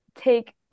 take